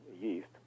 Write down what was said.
yeast